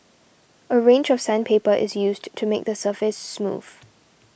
a range of sandpaper is used to make the surface smooth